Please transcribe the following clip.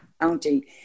county